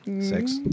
Six